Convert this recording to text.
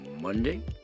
Monday